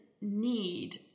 need